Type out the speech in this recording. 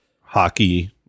hockey